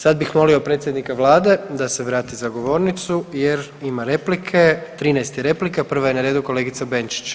Sad bih molio predsjednika vlade da se vrati za govornicu jer ima replike, 13 je replika, prva je na redu kolegica Benčić.